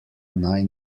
naj